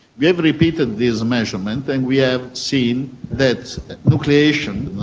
we have repeated these measurements and we have seen that nucleation,